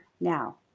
now